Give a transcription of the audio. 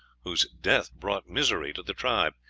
whose death brought misery to the tribe.